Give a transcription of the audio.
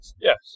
Yes